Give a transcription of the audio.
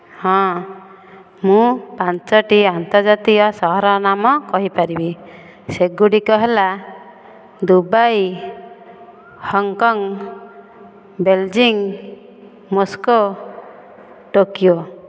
ହଁ ମୁଁ ପାଞ୍ଚୋଟି ଆନ୍ତର୍ଜାତୀୟ ସହରର ନାମ କହିପାରିବି ସେଗୁଡ଼ିକ ହେଲା Dubai Hong Kong Beijing Moscow Tokyo